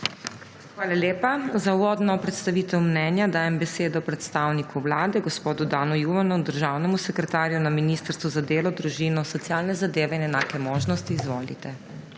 Hvala lepa. Za uvodno predstavitev mnenja dajem besedo predstavniku Vlade gospodu Danu Juvanu, državnemu sekretarju na Ministrstvu za delo, družino, socialne zadeve in enake možnosti. Izvolite.